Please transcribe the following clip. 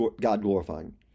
God-glorifying